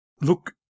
look